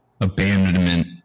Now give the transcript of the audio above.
abandonment